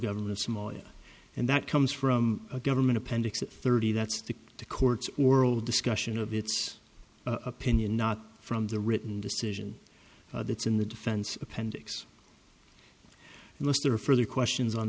government of somalia and that comes from a government appendix thirty that's the courts world discussion of its opinion not from the written decision that's in the defense appendix unless there are further questions on